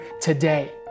today